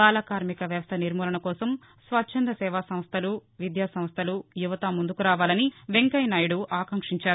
బాలకార్మిక వ్యవస్ట నిర్మూలన కోసం స్వచ్ఛంద సేవా సంస్థలు విద్యాసంస్థలు యువత ముందుకు రావాలని వెంకయ్య నాయుడు ఆకాంక్షించారు